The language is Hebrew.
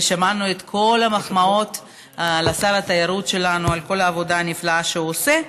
ושמענו את כל המחמאות לשר התיירות שלנו על כל העבודה הנפלאה שהוא עושה.